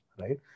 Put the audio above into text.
right